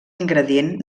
ingredient